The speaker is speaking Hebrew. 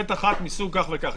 ב'1 מסוג כך וכך.